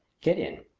get in.